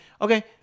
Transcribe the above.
okay